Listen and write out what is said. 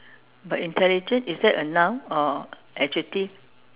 but intelligent is that a noun or adjective